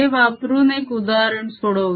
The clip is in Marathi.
हे वापरून एक उदाहरण सोडवू या